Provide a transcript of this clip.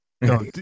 No